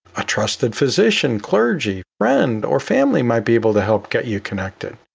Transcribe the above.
a trusted physician, clergy, friend or family might be able to help get you connected.